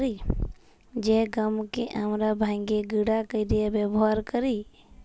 জ্যে গহমকে আমরা ভাইঙ্গে গুঁড়া কইরে ব্যাবহার কৈরি